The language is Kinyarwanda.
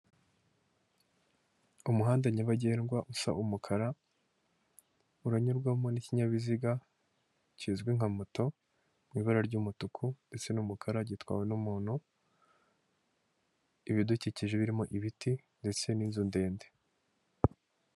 Umuhanda nyabagendwa usa umukara uranyurwamo n'ikinyabiziga kizwi nka moto, mu ibara ry'umutuku ndetse n'umukara gitwawe n'umuntu, ibidukikije birimo ibiti ndetse n'inzu ndende.